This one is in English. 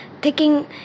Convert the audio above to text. taking